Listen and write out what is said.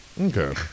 Okay